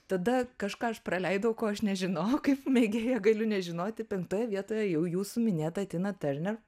tada kažką aš praleidau ko aš nežinau kaip mėgėja galiu nežinoti penktoje vietoje jau jūsų minėta tina turner